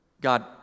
God